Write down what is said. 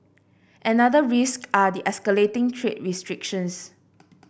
another risk are the escalating trade restrictions